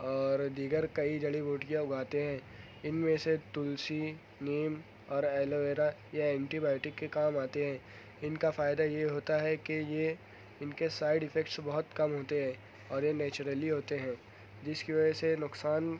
اور دیگر کئی جڑی بوٹیاں اگاتے ہیں ان میں سے تلسی نیم اور ایلوویرا یہ انٹی بائٹک کے کام آتی ہیں ان کا فائدہ یہ ہوتا ہے کہ یہ ان کے سائڈ افیکٹس بہت کم ہوتے ہیں اور یہ نیچرلی ہوتے ہیں جس کی وجہ سے نقصان